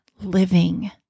living